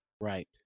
Right